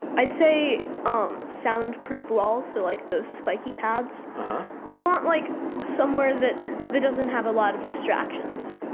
i'd say um soundproof. also, like those spiky pads you won't like somewhere that that doesn't have a lot of distractions.